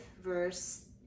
verse